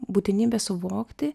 būtinybė suvokti